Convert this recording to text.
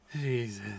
Jesus